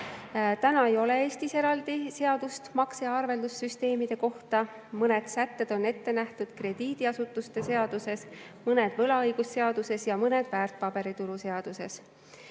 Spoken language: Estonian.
ei ole eraldi seadust makse‑ ja arveldussüsteemide kohta. Mõned sätted on ette nähtud krediidiasutuste seaduses, mõned võlaõigusseaduses ja mõned väärtpaberituru seaduses. Mis